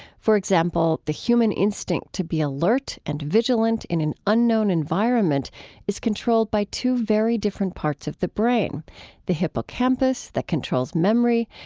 for example, the human instinct to be alert and vigilant in an unknown environment is controlled by two very different parts of the brain the hippocampus that controls memory,